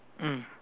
mm